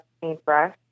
paintbrush